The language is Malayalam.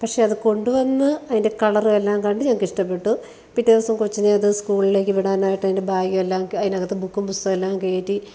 പക്ഷേ അത് കൊണ്ടുവന്ന് അതിൻ്റെ കളറുമെല്ലാം കണ്ട് ഞങ്ങൾക്കിഷ്ടപ്പെട്ടു പിറ്റേ ദിവസം കൊച്ചിനെ അത് സ്കൂളിലേക്ക് വിടാനായിട്ട് അതിൻ്റെ ബാഗ് എല്ലാം അതിനകത്ത് ബുക്കും പുസ്തകവുമെല്ലാം കയറ്റി